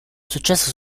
successo